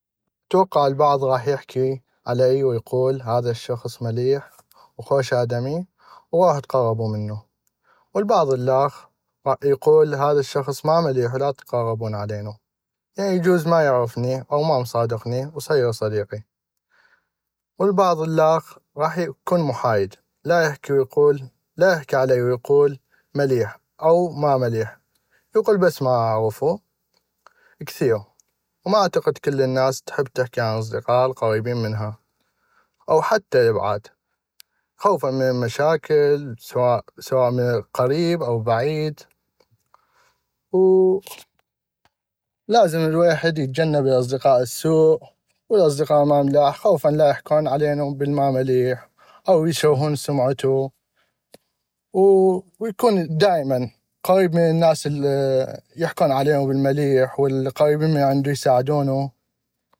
اتوقع البعض غاح يحكي عليي ويقول هذا الشخص مليح وخوش ادمي وغوحو تقغبو منو والبعض الخ غاح يقول هذا الشخص ما مليح ولا تتقبون علينو لان اجوز ما يعغفني او ما مصادقني وصيغ صديقي والبعض الخخ غاح يكون محايد ولا يحكي علي ويقول مليح او ما مليح يقول بس ما اعغفو كثيغ وما اعتقد كل الناس تحب تحكي عن اصدقائها القغيبين منها او حتى البعاد خوفا من المشاكل سواء من القريب او البعيد لازم الويحد يتجنب اصدقاء السوء والاصدقاء الما ملاح خوفا لا يحكون بل الما مليح او يشهون سمعتو ويكون دائما قغيب من الناس الي يحكون علينو بل المليح والناس الي يساعدونو